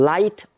Light